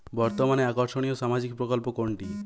বর্তমানে আকর্ষনিয় সামাজিক প্রকল্প কোনটি?